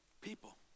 People